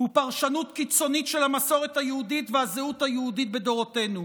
ופרשנות קיצונית של המסורת היהודית והזהות היהודית בדורותינו.